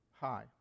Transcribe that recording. high